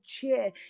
cheer